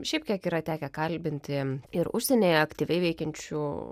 šiaip kiek yra tekę kalbinti ir užsienyje aktyviai veikiančių